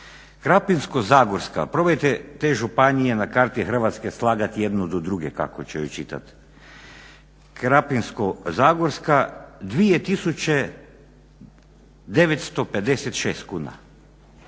Krapinsko-zagorska probajte te županije na karti Hrvatske slagati jednu do druge kako ću je čitati. Krapinsko-zagorska 2956 kuna,